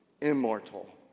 immortal